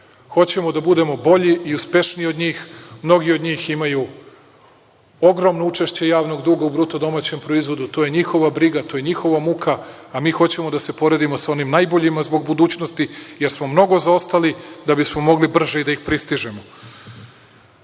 Hoćemo da budemo bolji i uspešniji od njih. Mnogi od njih imaju ogromno učešće javnog duga u BDP. To je njihova briga, to je njihova muka, a mi hoćemo da se poredimo sa onim najboljim zbog budućnosti, jer smo mnogo zaostali da bismo mogli brže da ih pristižemo. Sprovođenje